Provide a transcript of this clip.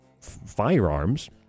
firearms